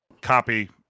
copy